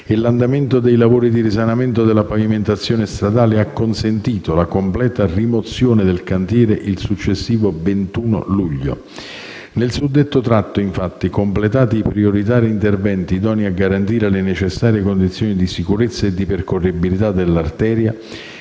e l'andamento dei lavori di risanamento della pavimentazione stradale ha consentito la completa rimozione del cantiere il successivo 21 luglio. Nel suddetto tratto, infatti, completati i prioritari interventi idonei a garantire le necessarie condizioni di sicurezza e percorribilità dell'arteria,